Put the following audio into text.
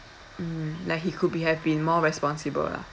mm like he could be have been more responsible lah